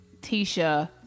Tisha